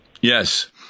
Yes